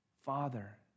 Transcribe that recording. Father